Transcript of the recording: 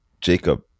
Jacob